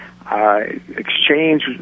Exchange